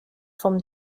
vom